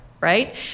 right